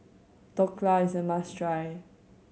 dhokla is a must try